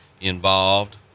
involved